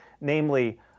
Namely